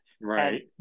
right